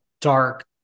dark